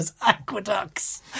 aqueducts